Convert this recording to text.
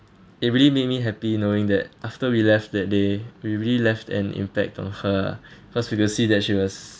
it really made me happy knowing that after we left that day we really left an impact on her ah cause we could see that she was